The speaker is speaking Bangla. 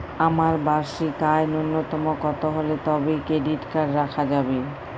আমার বার্ষিক আয় ন্যুনতম কত হলে তবেই ক্রেডিট কার্ড রাখা যাবে?